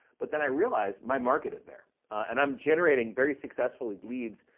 but then i realized my market is there and i'm generating very successfully leads,